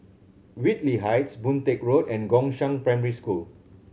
Whitley Heights Boon Teck Road and Gongshang Primary School